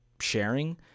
sharing